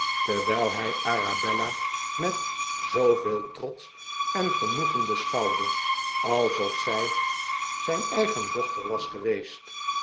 terwijl hij arabella met zooveel trots en genoegen beschouwde alsof zij zijn eigen dochter was geweest